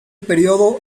periodo